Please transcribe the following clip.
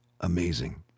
amazing